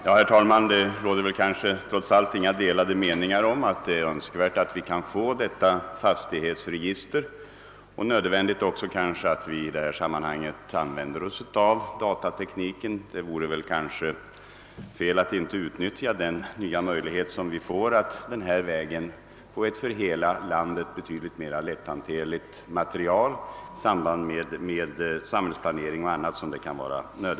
Herr talman! Det råder väl trots allt inga delade meningar om att det är önskvärt att vi kan få detta fastighetsregister och att det är nödvändigt att vi i detta sammanhang använder datatekniken. Det vore kanske felaktigt att inte utnyttja denna nya möjlighet att få ett för hela landet betydligt mera lätthanterligt material i samband med samhällsplanering o. s. v.